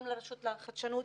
גם לרשות החדשנות,